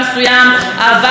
והיה להם ילד משותף,